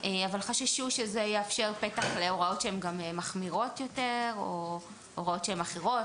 אבל חששו שזה יאפשר פתח להוראות שהם מחמירות יותר או הוראות אחרות,